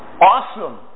awesome